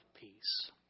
peace